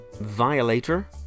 Violator